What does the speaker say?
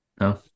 No